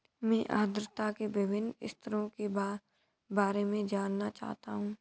मैं आर्द्रता के विभिन्न स्तरों के बारे में जानना चाहता हूं